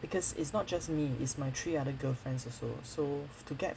because it's not just me is my three other girlfriends also so to get